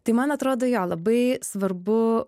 tai man atrodo jo labai svarbu